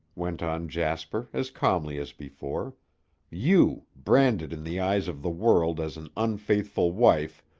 went on jasper as calmly as before you, branded in the eyes of the world as an unfaithful wife,